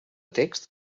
text